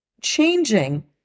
changing